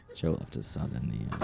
joe left his son in the